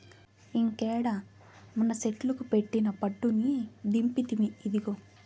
ఇంకేడ మనసెట్లుకు పెట్టిన పట్టుని దింపితిమి, ఇదిగో